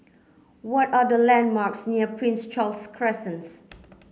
what are the landmarks near Prince Charles Crescents